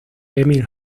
emil